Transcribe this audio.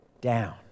down